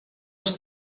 els